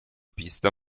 pista